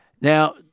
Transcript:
Now